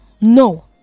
no